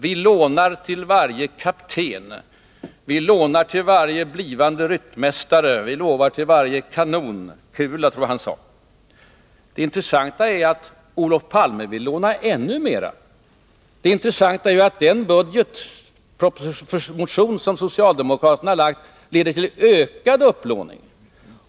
Vi lånar till varje kapten, varje blivande ryttmästare och varje kanonkula, tror jag att han menade. Det intressanta är att Olof Palme vill låna ännu mer. Det budgetförslag som socialdemokraterna har lagt fram i sin motion leder till ökad upplåning.